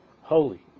holy